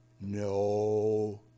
no